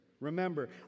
Remember